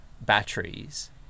batteries